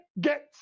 get